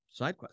SideQuest